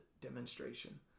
demonstration